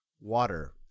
Water